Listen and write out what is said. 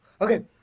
okay